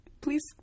please